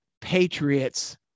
patriots